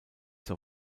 zur